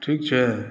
ठीक छै